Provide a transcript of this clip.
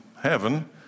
heaven